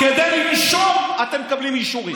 כדי לנשום אתם מקבלים אישורים.